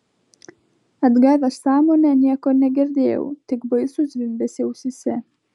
atgavęs sąmonę nieko negirdėjau tik baisų zvimbesį ausyse